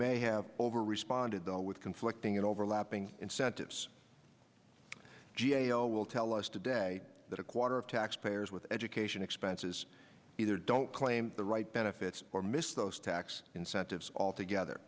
may have over responded though with conflicting and overlapping incentives g a o will tell us today that a quarter of taxpayers with education expenses either don't claim the right benefits or missed those tax incentives altogether